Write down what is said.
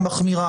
המחמירה.